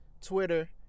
Twitter